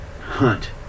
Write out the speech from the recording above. hunt